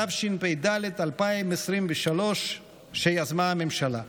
התשפ"ד 2023, שיזמה הממשלה.